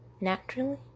Naturally